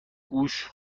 گوش